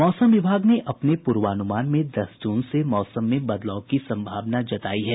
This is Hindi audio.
मौसम विभाग ने अपने पूर्वानुमान में दस जून से मौसम में बदलाव की सम्भावना जतायी है